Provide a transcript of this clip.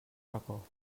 racó